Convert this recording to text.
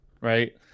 right